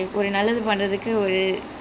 mm ya exactly